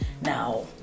Now